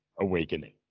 awakening